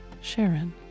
Sharon